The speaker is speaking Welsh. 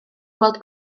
gweld